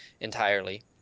entirely